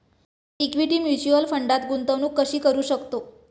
Equity mutual फंडात गुंतवणूक कशी करू शकतो?